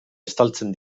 estaltzen